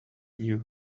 knew